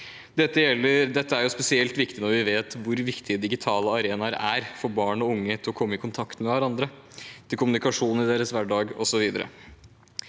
Dette er spesielt viktig når vi vet hvor viktig digitale arenaer er for at barn og unge skal komme i kontakt med hverandre, for kommunikasjonen i deres hverdag osv.